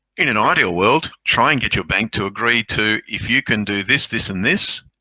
in an ideal world, try and get your bank to agree to, if you can do this, this and this,